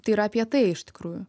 tai yra apie tai iš tikrųjų